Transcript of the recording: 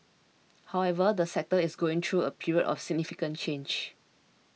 however the sector is going through a period of significant change